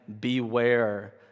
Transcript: beware